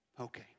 Okay